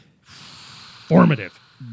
formative